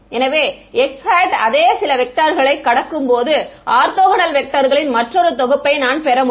எனவே x அதே சில வெக்டர்களை கடக்கும் போது ஆர்த்தோகனல் வெக்டர்களின் மற்றொரு தொகுப்பைப் நான் பெற முடியும்